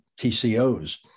TCOs